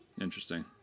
interesting